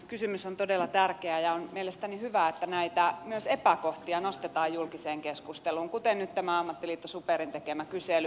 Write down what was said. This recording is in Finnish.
kysymys on todella tärkeä ja on mielestäni hyvä että myös näitä epäkohtia nostetaan julkiseen keskusteluun kuten nyt tämä ammattiliitto superin tekemä kysely